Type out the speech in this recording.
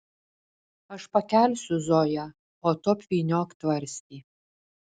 aš pakelsiu zoją o tu apvyniok tvarstį